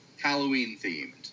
Halloween-themed